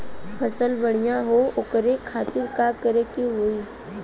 फसल बढ़ियां हो ओकरे खातिर का करे के होई?